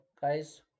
guys